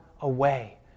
away